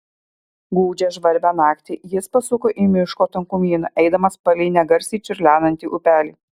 gūdžią žvarbią naktį jis pasuko į miško tankumyną eidamas palei negarsiai čiurlenantį upelį